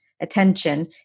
attention